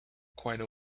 quite